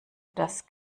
das